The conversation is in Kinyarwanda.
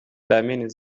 dlamini